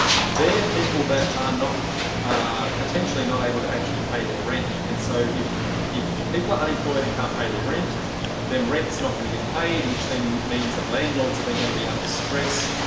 they're people that are not potentially not able to actually pay their rent. and so if people people are unemployed and can't pay their rent then rents not going to get paid which then means that landlords are then going to be under stress.